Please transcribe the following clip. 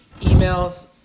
emails